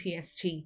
PST